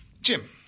Jim